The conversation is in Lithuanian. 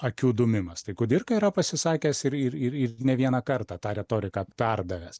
akių dūmimas tai kudirka yra pasisakęs ir ir ir ir ne vieną kartą tą retoriką perdavęs